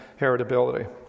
heritability